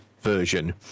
version